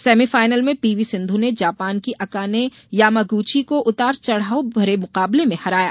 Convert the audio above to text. semifinal में PV Sindhu ने Japan की अकाने यामागूची को उतार चढ़ाव भरे मुकाबले में हराया